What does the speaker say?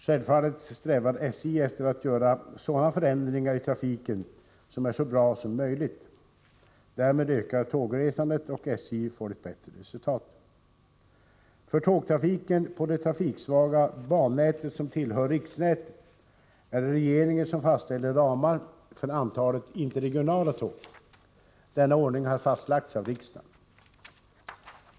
Självfallet strävar SJ efter att göra sådana förändringar i trafiken som är så bra som möjligt. Därmed ökar tågresandet och SJ får ett bättre resultat. För tågtrafiken på det trafiksvaga bannätet som tillhör riksnätet är det regeringen som fastställer ramar för antalet interregionala tåg. Denna ordning har fastlagts av riksdagen.